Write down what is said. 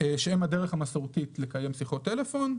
שהם הדרך המסורתית לקיים שיחות טלפון.